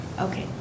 Okay